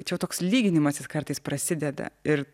tačiau toks lyginimasis kartais prasideda ir